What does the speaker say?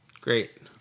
Great